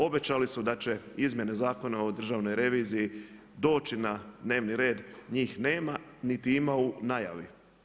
Obećali su da će izmjene Zakona o Državnoj reviziji doći na dnevni red, njih nema niti ima u najavi.